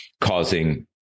causing